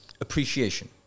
appreciation